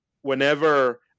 whenever